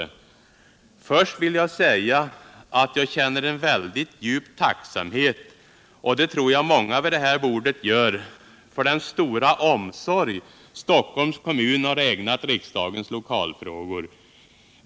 Först vill jag säga att jag känner en väldigt djup tacksamhet — och det tror jag många vid det här bordet gör — för den stora omsorg Stockholms kommun har ägnat riksdagens lokalfrågor.